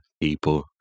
people